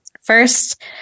first